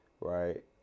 right